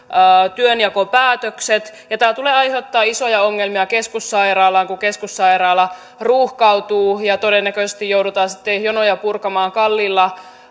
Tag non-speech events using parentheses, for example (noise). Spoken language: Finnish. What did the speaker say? työnjakopäätökset ja tämä tulee aiheuttamaan isoja ongelmia keskussairaalaan kun keskussairaala ruuhkautuu ja todennäköisesti joudutaan sitten jonoja purkamaan kalliilla (unintelligible)